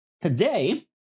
Today